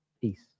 peace